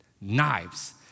knives